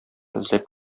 эзләп